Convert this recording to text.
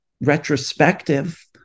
retrospective